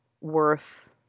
worth